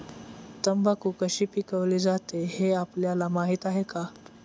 तंबाखू कशी पिकवली जाते हे आपल्याला माहीत आहे का?